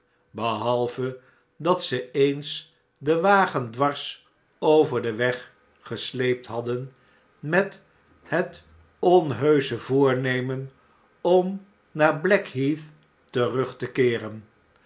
behalve dat ze eens den wagen dwars over den weg gesleept hadden methetonheusche voornemen om naar blackheath terug te keeren